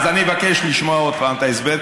אז אבקש לשמוע עוד פעם את ההסבר,